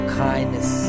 kindness